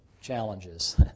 challenges